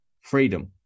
freedom